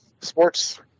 Sports